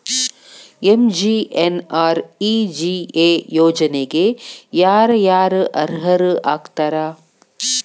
MGNREGA ಯೋಜನೆಗೆ ಯಾರ ಯಾರು ಅರ್ಹರು ಆಗ್ತಾರ?